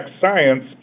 science